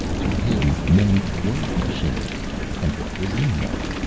to him, men were machines and what was eniac?